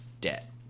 debt